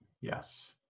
yes